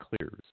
clears